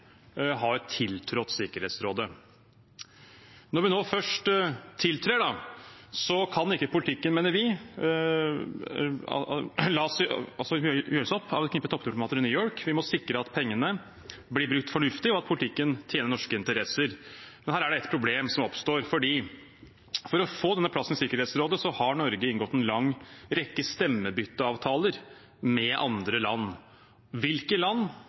tiltrådt Sikkerhetsrådet. Når vi nå først tiltrer, kan ikke politikken, mener vi, gjøres opp av et knippe toppdiplomater i New York. Vi må sikre at pengene blir brukt fornuftig, og at politikken tjener norske interesser. Men her er det et problem som oppstår: For å få denne plassen i Sikkerhetsrådet har Norge inngått en lang rekke stemmebytteavtaler med andre land. Hvilke land